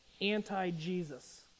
anti-Jesus